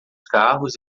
carros